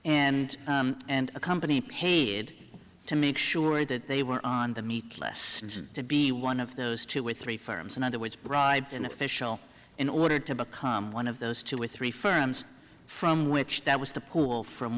and and a company paid to make sure that they were on the meatless to be one of those two or three firms in other words bribed an official in order to become one of those two or three firms from which that was the pool from